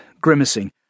grimacing